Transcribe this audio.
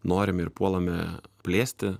norim ir puolame plėsti